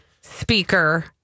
speaker